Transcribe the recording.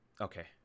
Okay